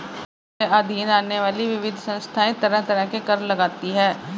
राष्ट्र के अधीन आने वाली विविध संस्थाएँ तरह तरह के कर लगातीं हैं